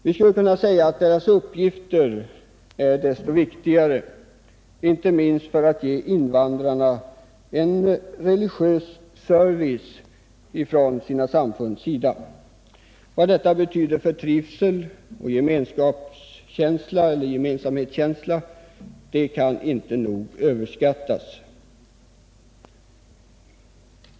Vi skulle kunna säga att dessa samfunds uppgift är desto viktigare, inte minst för att ge invandrarna en religiös service. Vad det betyder för trivsel och gemensamhetskänsla kan inte överskattas.